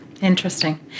Interesting